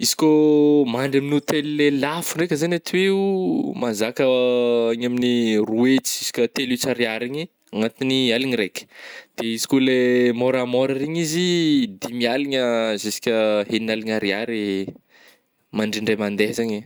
Izy kô mandry amin'ny hôtely le lafo ndraika zany ato io mazaka agny amin'ny roa hetsy ziska telo hetsy ariary agny agnatin'ny aligna raika, de izy kô le môramôra regny izy dimy aligna ziska enina aligna ariary mandry indray mandeha zany eh.